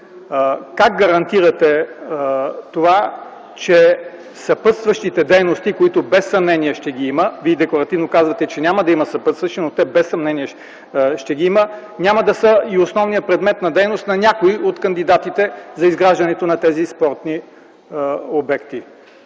как гарантират, че съпътстващите дейности, които без съмнение ще ги има – вие декларативно казвате, че няма да има съпътстващи дейности, но такива без съмнение ще има, няма да са и основният предмет на дейност на някои от кандидатите за изграждане на тези спортни обекти!